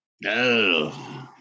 no